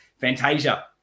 Fantasia